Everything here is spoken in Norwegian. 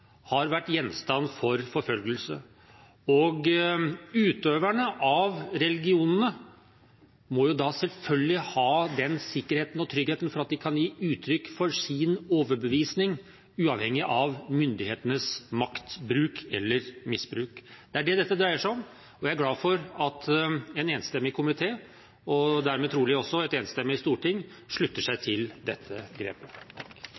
Og utøverne av religionene må da selvfølgelig ha den sikkerheten og tryggheten for at de kan gi uttrykk for sin overbevisning, uavhengig av myndighetenes maktbruk eller -misbruk. Det er det dette dreier seg om. Jeg er glad for at en enstemmig komité, og dermed trolig også et enstemmig storting, slutter seg til dette grepet.